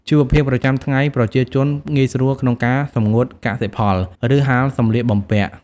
ជីវភាពប្រចាំថ្ងៃ ប្រជាជនងាយស្រួលក្នុងការសម្ងួតកសិផល ឬហាលសម្លៀកបំពាក់។